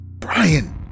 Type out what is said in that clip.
Brian